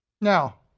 Now